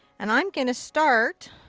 and i'm gonna start